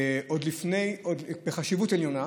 חשיבות עליונה,